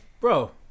Bro